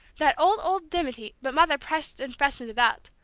that old, old dimity, but mother pressed and freshened it up.